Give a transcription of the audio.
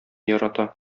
ярата